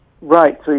Right